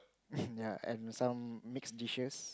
ya and some mixed dishes